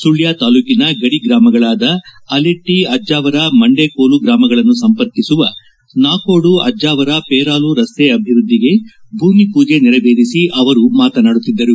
ಸುಳ್ಯ ತಾಲೂಕಿನ ಗಡಿ ಗ್ರಾಮಗಳಾದ ಅಲೆಟ್ಟ ಅಜ್ಜಾವರ ಮಂಡೆಕೋಲು ಗ್ರಾಮಗಳನ್ನು ಸಂಪರ್ಕಿಸುವ ನಾಕೋಡು ಅಜ್ಜಾವರ ಪೇರಾಲು ರಸ್ತೆ ಅಭಿವೃದ್ಧಿಗೆ ಭೂಮಿ ಪೂಜೆ ನೆರವೇರಿಸಿ ಅವರು ಮಾತನಾಡುತ್ತಿದ್ದರು